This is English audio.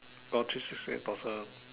got three plus one ah